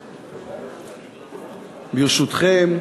ברשותכם,